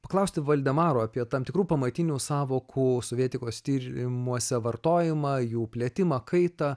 paklausti valdemaro apie tam tikrų pamatinių sąvokų suvietikos tyrimuose vartojimą jų plėtimą kaitą